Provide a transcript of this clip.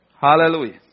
Hallelujah